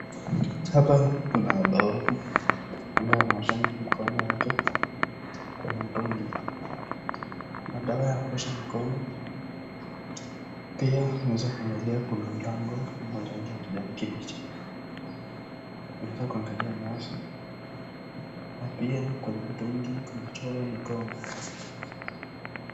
Hapa kuna dhawabu ambaye anaosha mkono wake, kuna mtungi, kuna dawa ya kuosha mkono pia unaweza kuangalia kuna mlango wa rangi ya kijani kibichi, unaweza kuangalia nyasi na pia kwenye mtungi kumechorwa mkono.